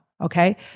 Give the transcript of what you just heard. okay